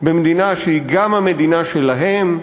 במדינה שהיא גם המדינה שלהם?